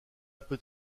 peut